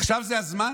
עכשיו זה הזמן